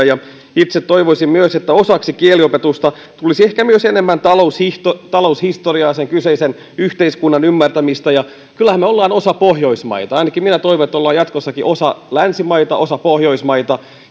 ja itse toivoisin myös että osaksi kieliopetusta tulisi ehkä myös enemmän taloushistoriaa taloushistoriaa sen kyseisen yhteiskunnan ymmärtämistä ja kyllähän me olemme osa pohjoismaita ainakin minä toivon että olemme jatkossakin osa länsimaita osa pohjoismaita